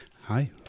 Hi